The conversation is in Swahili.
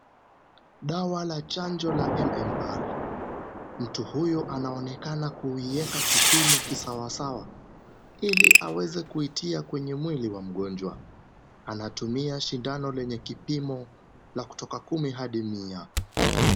Dawa la chango la MMR , mtu huyo anaonekana kuwieka kipimo sawasawa ili aweze kuitia kwenye mwili wa mgonjwa , anatumia shindano lenye kipimo, la kutoka 10-100.